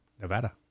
Nevada